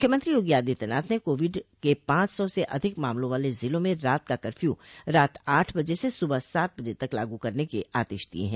मुख्यमंत्री योगी आदित्यनाथ न कोविड के पांच सौ से अधिक मामलों वाले जिलों में रात का कर्फ्यू रात आठ बजे से सुबह सात बजे तक लागू करने के आदेश दिए हैं